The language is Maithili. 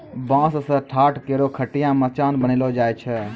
बांस सें ठाट, कोरो, खटिया, मचान बनैलो जाय छै